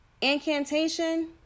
Incantation